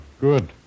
Good